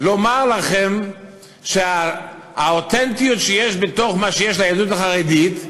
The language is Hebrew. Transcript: לומר לכם שהאותנטיות שיש בתוך מה שיש ליהדות החרדית,